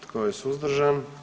Tko je suzdržan?